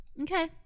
Okay